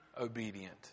obedient